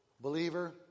Believer